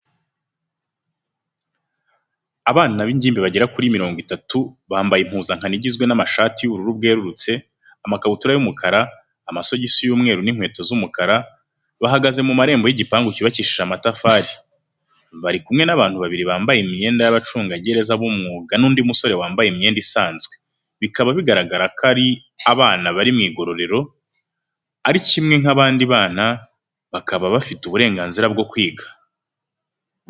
Abana b'ingimbi bagera kuri mirongo itatu, bambaye impuzankano igizwe n'amashati y'ubururu bwerurutse, amakabutura y'umukara, amasogisi y'umweru n'inkweto z'umukara, bagahaze mu marembo y'igipangu cyubakishije amatafari. Bari kumwe n'abantu babiri bambaye imyenda y'abacungagereza b'umwuga n'undi musore wambaye imyenda isanzwe. Bikaba bigaragara ko ari abana bari mu igororero, ariko kimwe nk'abandi bana, bakaba bafite uburenganzira bwo kwiga.